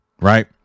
right